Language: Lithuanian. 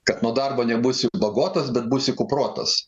kad nuo darbo nebūsi bagotas bet būsi kuprotas